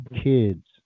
kids